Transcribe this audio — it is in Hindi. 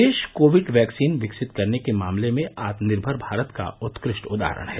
देश कोविड वैक्सीन विकसित करने के मामले में आत्मनिर्भर भारत का उत्कृष्ट उदाहरण है